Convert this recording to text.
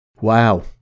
Wow